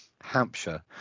Hampshire